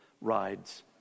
rides